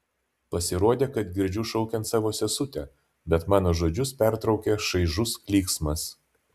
pasirodė kad girdžiu šaukiant savo sesutę bet mano žodžius pertraukia šaižus klyksmas